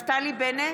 נפתלי בנט,